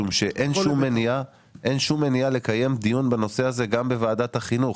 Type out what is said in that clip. אין שום מניעה לקיים דיון בנושא הזה גם בוועדת החינוך